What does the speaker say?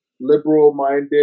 liberal-minded